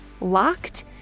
locked